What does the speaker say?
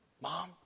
Mom